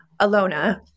Alona